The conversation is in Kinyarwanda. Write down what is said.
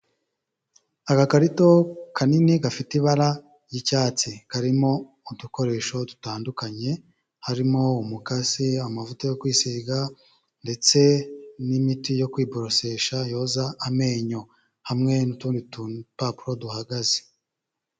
Agakarito kanini gafite ibara ry'icyatsi, karimo udukoresho dutandukanye, harimo umukasi, amavuta yo kwisiga ndetse n'imiti yo kwiboroshesha yoza amenyo hamwe n'utundi tupapuro duhagaze.